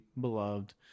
beloved